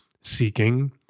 seeking